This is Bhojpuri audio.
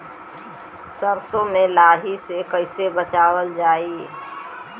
सरसो में लाही से कईसे बचावल जाई?